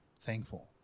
thankful